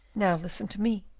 now listen to me.